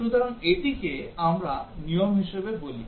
সুতরাং এটিকে আমরা নিয়ম হিসাবে বলি